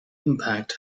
impact